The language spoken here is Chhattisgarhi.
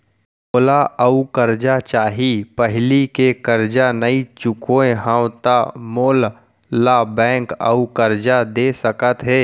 मोला अऊ करजा चाही पहिली के करजा नई चुकोय हव त मोल ला बैंक अऊ करजा दे सकता हे?